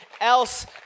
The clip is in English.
else